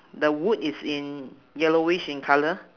the wood is in yellowish in colour